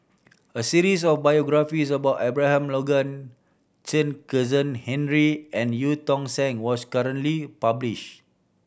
a series of biographies about Abraham Logan Chen Kezhan Henri and Eu Tong Sen was currently published